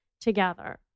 together